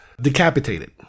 decapitated